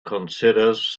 considers